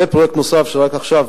ופרויקט נוסף שרק עכשיו,